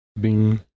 Bing